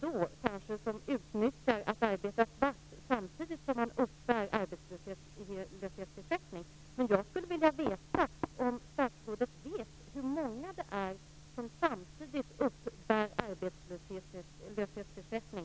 Tack och lov tror jag ändå att det är ett fåtal som arbetar svart samtidigt som de uppbär arbetslöshetsersättning.